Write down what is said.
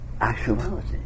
actuality